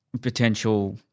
potential